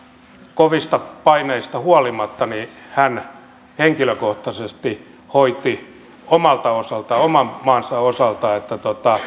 kovista paineista huolimatta hän henkilökohtaisesti hoiti omalta osaltaan oman maansa osalta että